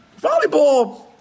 Volleyball